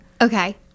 Okay